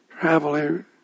traveling